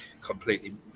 completely